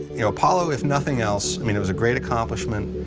you know, apollo is nothing else. i mean, it was a great accomplishment.